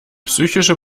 psychische